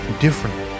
different